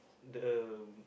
the